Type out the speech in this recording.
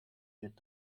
wird